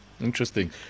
Interesting